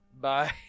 Bye